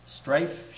strife